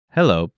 Hello